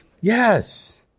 Yes